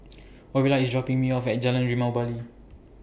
Orilla IS dropping Me off At Jalan Limau Bali